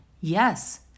Yes